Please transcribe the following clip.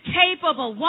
capable